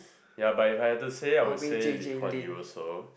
ya but if I had to say I would say Lee Kuan Yew also